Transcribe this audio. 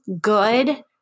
good